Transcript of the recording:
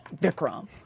Vikram